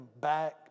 back